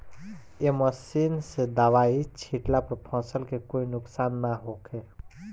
ए machine से दवाई छिटला पर फसल के कोई नुकसान ना होखे